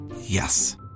Yes